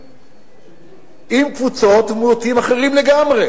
עם קבוצות ומיעוטים אחרים לגמרי,